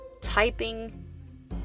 typing